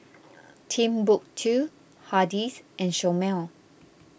Timbuk two Hardy's and Chomel